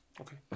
okay